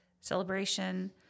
celebration